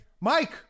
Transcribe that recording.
Mike